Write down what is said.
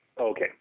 Okay